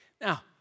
Now